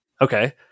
Okay